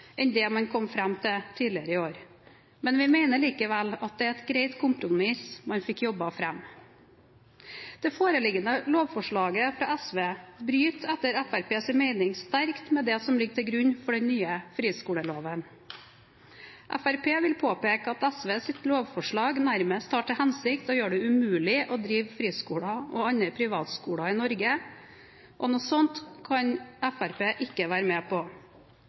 enn det man kom fram til tidligere i år, men vi mener likevel at det er et greit kompromiss man fikk jobbet fram. Det foreliggende lovforslaget fra SV bryter etter Fremskrittspartiets mening sterkt med det som ligger til grunn for den nye friskoleloven. Fremskrittspartiet vil påpeke at SVs lovforslag nærmest har til hensikt å gjøre det umulig å drive friskoler og andre privatskoler i Norge, og noe slikt kan Fremskrittspartiet ikke være med på.